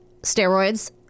steroids